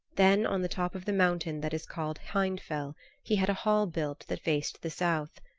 then on the top of the mountain that is called hindfell he had a hall built that faced the south.